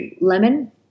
lemon